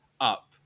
up